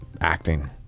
acting